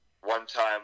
one-time